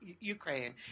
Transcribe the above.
Ukraine